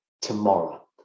tomorrow